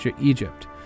Egypt